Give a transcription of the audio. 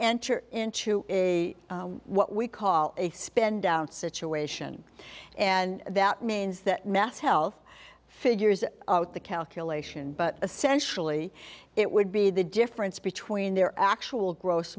enter into a what we call a spend down situation and that means that mass health figures out the calculation but essentially it would be the difference between their actual gross